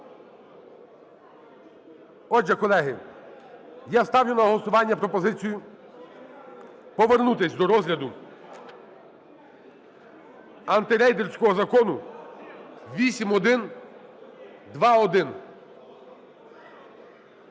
Отже, колеги, я ставлю на голосування пропозицію повернутися до розгляду антирейдерського Закону 8121.